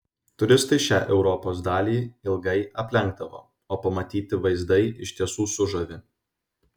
turistai šią europos dalį ilgai aplenkdavo o pamatyti vaizdai iš tiesų sužavi